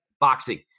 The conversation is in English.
boxing